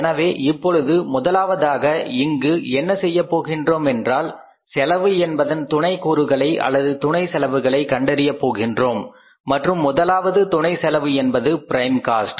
எனவே இப்பொழுது முதலாவதாக இங்கு என்ன செய்யப் போகின்றோம் என்றால் செலவு என்பதன் துணை கூறுகளை அல்லது துணை செலவுகளை கண்டறிய போகின்றோம் மற்றும் முதலாவது துணை செலவு என்பது பிரைம் காஸ்ட்